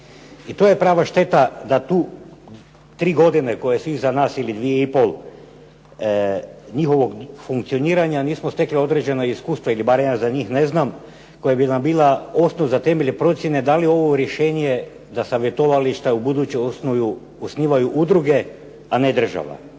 I to je prava šteta da tu tri godine koje su iza nas ili dvije i pol njihovog funkcioniranja nismo stekli određeno iskustvo ili barem ja za njih ne znam koja bi nam bila osnov za temelje procjene da li ovo rješenje da savjetovališta u buduće osnivaju udruge a ne država.